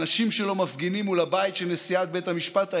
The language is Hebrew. האנשים שלו מפגינים מול הבית של נשיאת בית המשפט העליון.